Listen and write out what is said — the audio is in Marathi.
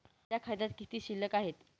माझ्या खात्यात किती शिल्लक आहे?